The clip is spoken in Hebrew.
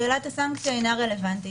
שאלת הסנקציה אינה רלוונטית,